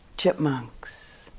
chipmunks